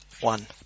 one